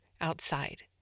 outside